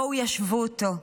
בואו, ישבו אותו.